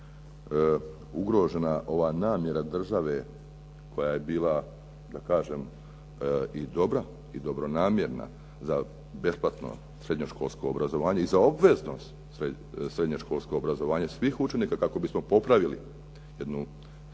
ugrožena ova namjera države koja je bila da kažem i dobra i dobronamjerna za besplatno srednjoškolsko obrazovanje i za obvezno srednjoškolsko obrazovanje svih učenika kako bismo popravili jednu stručnu